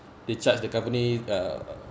they charged the company uh